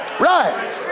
Right